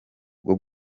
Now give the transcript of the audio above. bwo